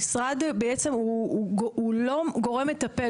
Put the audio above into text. המשרד בעצם הוא לא גורם מטפל,